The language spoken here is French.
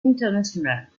international